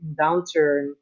downturn